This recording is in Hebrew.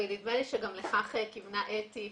ונדמה לי שגם לכך כיוונה אתי,